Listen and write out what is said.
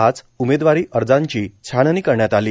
आज उमेदवारी अर्जाची छाननी करण्यात आली